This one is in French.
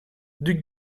duc